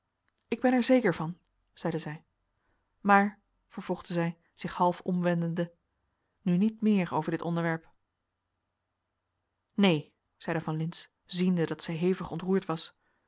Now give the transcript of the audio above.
ik ben er zeker van zeide zij maar vervolgde zij zich half omwendende nu niet meer over dit onderwerp neen zeide van lintz ziende dat ze hevig ontroerd was